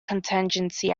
contingency